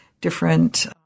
different